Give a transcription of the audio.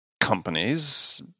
companies